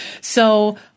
So-